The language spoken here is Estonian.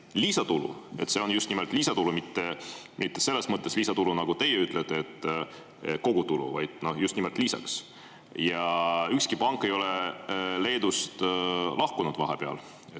lisatulu. See on just nimelt lisatulu, mitte selles mõttes lisatulu, nagu teie ütlete, [mitte] kogutulu, vaid just nimelt lisaks. Ja ükski pank ei ole Leedust lahkunud vahepeal.